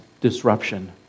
disruption